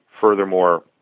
Furthermore